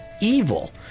evil